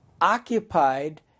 occupied